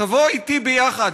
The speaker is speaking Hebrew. תבוא אתי יחד,